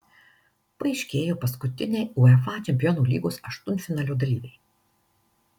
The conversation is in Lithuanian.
paaiškėjo paskutiniai uefa čempionų lygos aštuntfinalio dalyviai